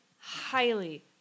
Highly